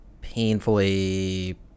painfully